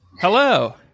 hello